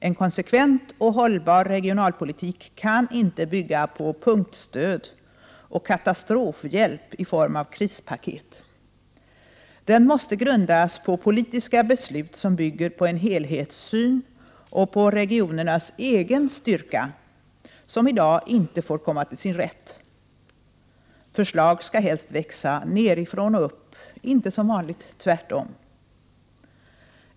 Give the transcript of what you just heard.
En konsekvent och hållbar regionalpolitik kan inte bygga på punktstöd och katastrofhjälp i form av krispaket. Den måste i stället grundas på politiska beslut som bygger på en helhetssyn och på regionernas egen styrka, vilken i dag inte får komma till sin rätt. Förslag skall helst växa ”nerifrån och upp” — inte tvärtom, som är vanligt.